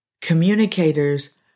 Communicators